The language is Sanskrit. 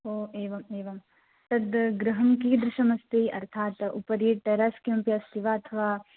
ओ एवम् एवं तद् गृहं कीदृशमस्ति अर्थात् उपरि टेरस् किमपि अस्ति वा अथवा